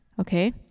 okay